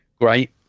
great